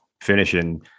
finishing